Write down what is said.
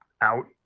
out